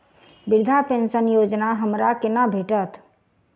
वृद्धा पेंशन योजना हमरा केना भेटत?